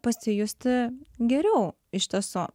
pasijusti geriau iš tiesų